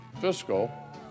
fiscal